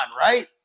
right